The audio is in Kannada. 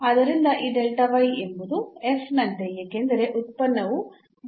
ಆದ್ದರಿಂದ ಈ ಎಂಬುದು ನಂತೆ ಏಕೆಂದರೆ ಉತ್ಪನ್ನವು ಆಗಿದೆ